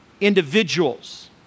individuals